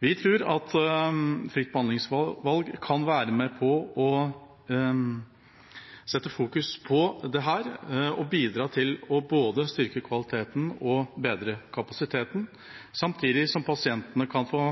Vi tror at fritt behandlingsvalg kan være med på å sette dette i fokus og bidra til både å styrke kvaliteten og bedre kapasiteten, samtidig som pasientene kan få